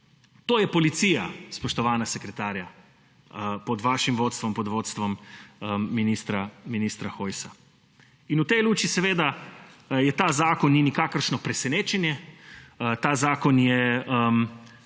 To je policija, spoštovana sekretarja, pod vašim vodstvom, pod vodstvom ministra Hojsa. In v tej luči seveda ta zakon ni nikakršno presenečenje. Ta zakon